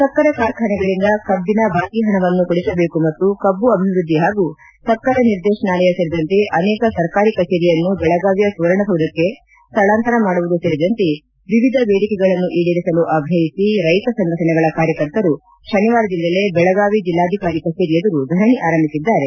ಸಕ್ಕರೆ ಕಾರ್ಖಾನೆಗಳಿಂದ ಕಬ್ಬನ ಬಾಕಿ ಹಣವನ್ನು ಕೊಡಿಸಬೇಕು ಮತ್ತು ಕಬ್ಬು ಅಭಿವೃದ್ಧಿ ಹಾಗೂ ಸಕ್ಕರೆ ನಿರ್ದೇಶನಾಲಯ ಸೇರಿದಂತೆ ಅನೇಕ ಸರ್ಕಾರಿ ಕಚೇರಿಯನ್ನು ಬೆಳಗಾವಿಯ ಸುವರ್ಣಸೌಧಕ್ಕೆ ಸ್ಥಳಾಂತರ ಮಾಡುವುದು ಸೇರಿದಂತೆ ವಿವಿಧ ಬೇಡಿಕೆಗಳನ್ನು ಈಡೇರಿಸಲು ಆಗ್ರಹಿಸಿ ರೈತ ಸಂಘಟನೆಗಳ ಕಾರ್ಯಕರ್ತರು ಶನಿವಾರದಿಂದಲೇ ಬೆಳಗಾವಿ ಜಿಲ್ಲಾಧಿಕಾರಿ ಕಛೇರಿ ಎದುರು ಧರಣಿ ಆರಂಭಿಸಿದ್ದಾರೆ